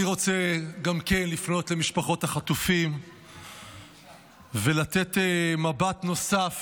גם אני רוצה לפנות למשפחות החטופים ולתת מבט נוסף